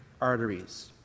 arteries